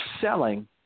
selling